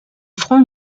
front